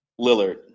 Lillard